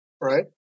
right